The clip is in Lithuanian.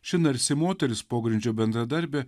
ši narsi moteris pogrindžio bendradarbė